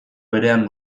berean